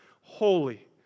holy